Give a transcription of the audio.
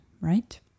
right